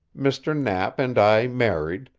mr. knapp and i married,